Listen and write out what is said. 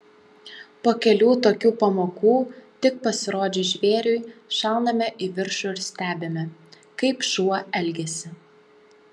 po kelių tokių pamokų tik pasirodžius žvėriui šauname į viršų ir stebime kaip šuo elgiasi